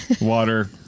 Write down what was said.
water